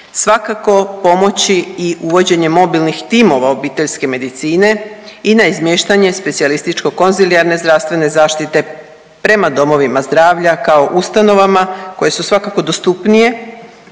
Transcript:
svakako pomoći i uvođenje mobilnih timova obiteljske medicine i na izmještanje specijalističko-konzilijarne zdravstvene zaštite prema domovima zdravlja kao ustanovama koje su svakako dostupnije